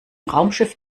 raumschiff